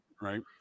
right